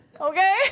Okay